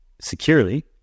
securely